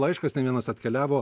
laiškas ne vienas atkeliavo